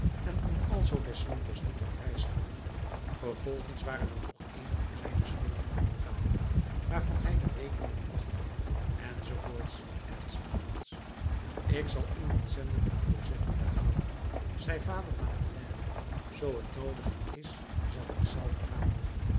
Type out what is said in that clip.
en kon alzoo des winters niet op reis gaan vervolgens waren er nog eenige kleine schulden te betalen waarvan hij de rekeningen wachtte enz enz ik zal iemand zenden om cosette te halen zei vader madeleine zoo t noodig is zal ik zelf gaan